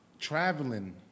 traveling